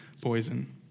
poison